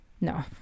no